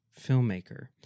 filmmaker